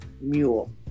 mule